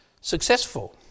successful